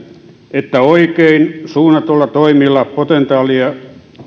että oikein suunnatuilla toimilla potentiaalia